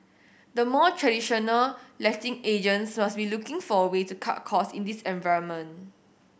the more traditional letting agents must be looking for a way to cut cost in this environment